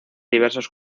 diversos